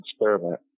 experiment